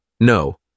no